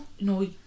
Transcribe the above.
no